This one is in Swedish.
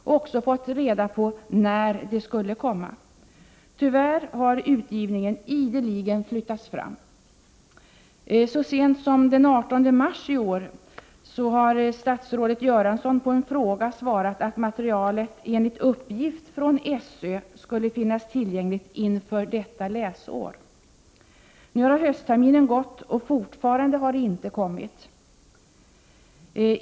Man har då informerats om när materialet skulle ges ut. Tyvärr har tidpunkten härför ideligen flyttats fram. Så sent som den 18 mars i år svarade statsrådet Bengt Göransson i en frågedebatt att materialet enligt uppgifter från SÖ skulle finnas tillgängligt inför detta läsår. Nu har snart hela höstterminen gått utan att det utlovade materialet lämnats ut.